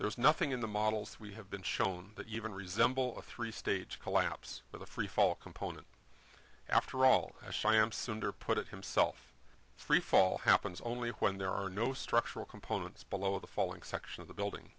there is nothing in the models we have been shown that even resemble a three stage collapse with a freefall component after all shyam sunder put it himself free fall happens only when there are no structural components below the falling section of the building